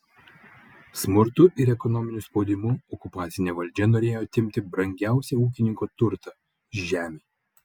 smurtu ir ekonominiu spaudimu okupacinė valdžia norėjo atimti brangiausią ūkininko turtą žemę